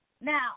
Now